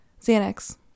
Xanax